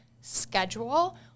schedule